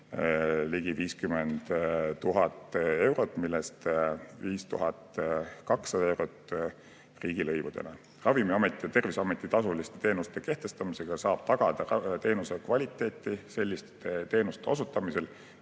ligi 50 000 eurot, millest 5200 eurot on riigilõiv. Ravimiameti ja Terviseameti tasuliste teenuste kehtestamisega saab tagada teenuse kvaliteedi selliste teenuste osutamisel,